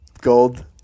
gold